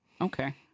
Okay